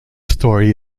story